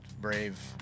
brave